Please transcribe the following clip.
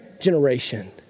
generation